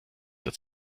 dass